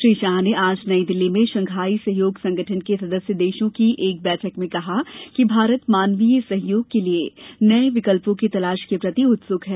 श्री शाह ने आज नई दिल्ली में शंघाई सहयोग संगठन के सदस्य देशों की एक बैठक में कहा कि भारत मानवीय सहयोग के लिये नये विकल्पों की तलाश के प्रति उत्सुक है